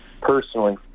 personally